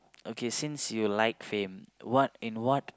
okay since you like fame what in what